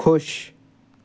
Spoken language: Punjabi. ਖੁਸ਼